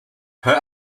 her